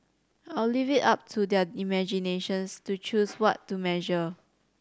I'll leave it up to their imaginations to choose what to measure